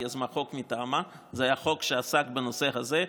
יזמה חוק מטעמה הייתה בחוק שעסק בנושא הזה.